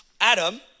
Adam